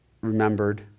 remembered